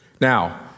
Now